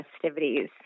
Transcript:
festivities